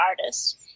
artists